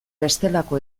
bestelako